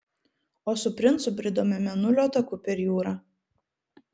o su princu bridome mėnulio taku per jūrą